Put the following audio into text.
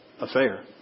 affair